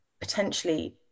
potentially